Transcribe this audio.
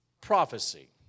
prophecy